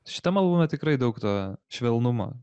šitam albume tikrai daug to švelnumo